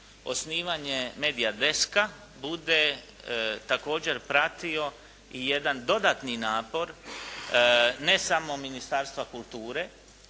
osnivanje Media deska bude također pratio i jedan dodatni napor ne samo Ministarstva kulture